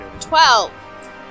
Twelve